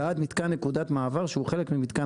ועד מיתקן נקודת מעבר שהוא חלק ממיתקן